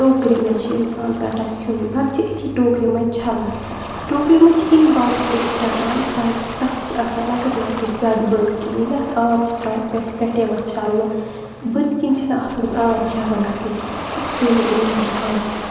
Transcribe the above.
ٹوٗکِرِ منٛز چھِ اِنسان ژَٹان سیُن پَتہٕ چھِ أتھی ٹوٗکرِ منٛز چھَلان ٹوٗکرِ منٛز چھِ ایٚمۍ باپَتھ أسۍ ژَٹان تازکہِ تَتھ چھِ آسان لَکٕٹۍ لَکٕٹۍ زَدٕ بٔنۍ کِنۍ ییٚلہِ اَتھ آب چھِ ترٛاوان پٮ۪ٹھ پٮ۪ٹھ یِوان چھَلنہٕ بٔنۍ کِنۍ چھِنہٕ اَتھ منٛز آب جَما گژھان کینٛہہ سُہ چھِ بٔنۍ کِنۍ نیران واپَس